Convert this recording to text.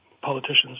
politicians